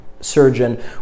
surgeon